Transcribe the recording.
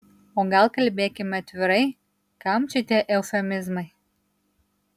o gal kalbėkime atvirai kam čia tie eufemizmai